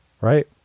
Right